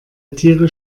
tiere